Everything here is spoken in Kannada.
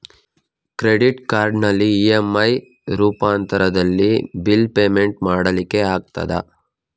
ಕ್ರೆಡಿಟ್ ಕಾರ್ಡಿನಲ್ಲಿ ಇ.ಎಂ.ಐ ರೂಪಾಂತರದಲ್ಲಿ ಬಿಲ್ ಪೇಮೆಂಟ್ ಮಾಡ್ಲಿಕ್ಕೆ ಆಗ್ತದ?